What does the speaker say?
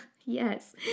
Yes